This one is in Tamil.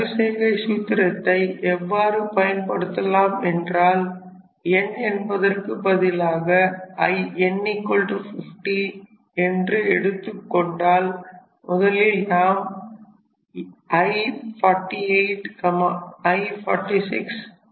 இந்த மறுசெய்கை சூத்திரத்தை எவ்வாறு பயன்படுத்தலாம் என்றால் n என்பதற்கு பதிலாக n50 என்று எடுத்துக்கொண்டால் முதலில் நாம் I48 I46